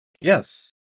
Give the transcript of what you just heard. Yes